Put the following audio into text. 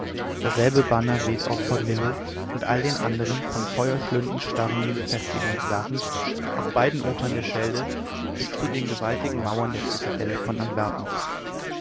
dasselbe banner weht auf fort lillo und all den andern von feuerschlünden starrenden befestigungswerken auf beiden ufern der schelde bis zu den gewaltigen mauern der zitadelle von antwerpen